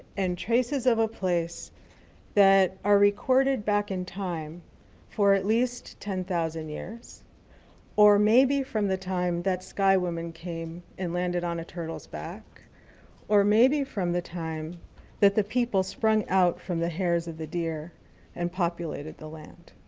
and traces of a place that are recorded back in time for at least ten thousand years or maybe from the time that sky woman came and landed on a turtle's back or maybe from the time that the people sprung out from the hairs of the deer and populated the land.